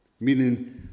Meaning